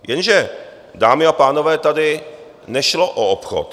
Jenže, dámy a pánové, tady nešlo o obchod.